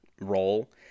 role